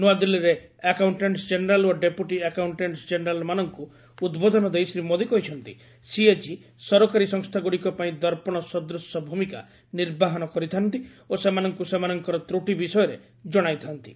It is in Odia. ନୂଆଦିଲ୍ଲୀରେ ଆକାଉଷ୍ଟାଣ୍ଟସ୍ ଜେନେରାଲ୍ ଓ ଡେପୁଟି ଆକାଉଷ୍ଟାଣ୍ଟସ୍ ଜେନେରାଲ୍ମାନଙ୍କୁ ଉଦ୍ବୋଧନ ଦେଇ ଶ୍ରୀ ମୋଦୀ କହିଛନ୍ତି ସିଏଜି ସରକାରୀ ସଂସ୍ଥାଗୁଡ଼ିକ ପାଇଁ ଦର୍ପଶ ସଦୂଶ ଭୂମିକା ନିର୍ବାହନ କରିଥାନ୍ତି ଓ ସେମାନଙ୍କୁ ସେମାନଙ୍କର ତ୍ରଟି ବିଷୟରେ ଜଣାଇଥାନ୍ତି